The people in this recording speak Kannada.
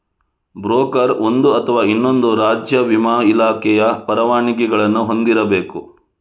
ಬ್ರೋಕರ್ ಒಂದು ಅಥವಾ ಇನ್ನೊಂದು ರಾಜ್ಯ ವಿಮಾ ಇಲಾಖೆಯ ಪರವಾನಗಿಗಳನ್ನು ಹೊಂದಿರಬೇಕು